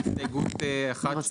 6